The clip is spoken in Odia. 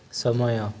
ସମୟ